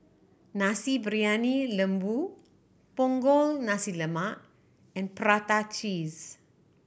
Nasi Briyani Lembu Punggol Nasi Lemak and prata cheese